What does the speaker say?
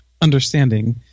understanding